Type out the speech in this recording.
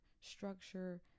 structure